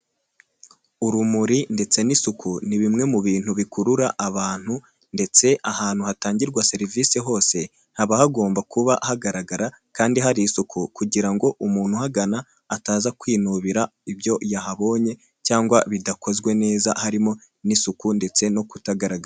Urumuri ndetse n'isuku, ni bimwe mu bintu bikurura abantu ndetse ahantu hatangirwa serivisi hose, haba hagomba kuba hagaragara kandi hari isuku kugira ngo umuntu uhagana, ataza kwinubira ibyo yahabonye cyangwa bidakozwe neza, harimo n'isuku ndetse no kutagaragara.